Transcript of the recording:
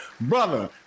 Brother